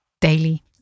Daily